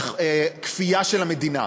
כפייה של המדינה.